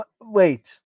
Wait